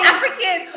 African